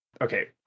okay